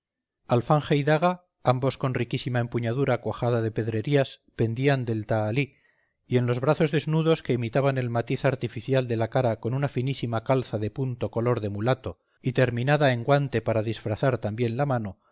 y daga ambos con riquísima empuñadura cuajada de pedrerías pendían del tahalí y en los brazos desnudos que imitaban el matiz artificial de la cara con una finísima calza de punto color de mulato y terminada en guante para disfrazar también la mano